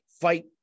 Fight